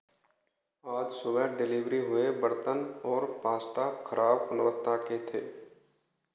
आज सुबह डेलीवरी हुए बर्तन और पास्ता खराब गुणवत्ता के थे